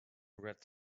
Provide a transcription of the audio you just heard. red